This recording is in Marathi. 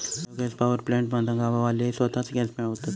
बायो गॅस पॉवर प्लॅन्ट मधना गाववाले स्वताच गॅस मिळवतत